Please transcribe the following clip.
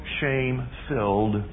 shame-filled